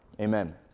Amen